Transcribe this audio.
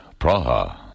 Praha